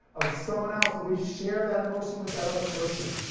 of someone else, and we share that emotion with that other person.